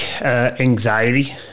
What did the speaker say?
anxiety